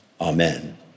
Amen